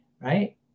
right